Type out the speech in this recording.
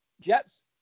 Jets